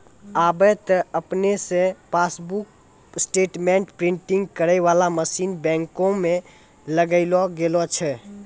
आबे त आपने से पासबुक स्टेटमेंट प्रिंटिंग करै बाला मशीन बैंको मे लगैलो गेलो छै